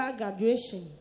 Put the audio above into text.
graduation